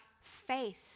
faith